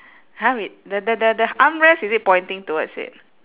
!huh! wait the the the the armrest is it pointing towards it